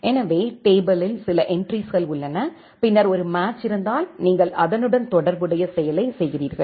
எனவே டேபிளில் சில என்ட்ரிஸ்கள் உள்ளன பின்னர் ஒரு மேட்ச் இருந்தால் நீங்கள் அதனுடன் தொடர்புடைய செயலைச் செய்கிறீர்கள்